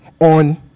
on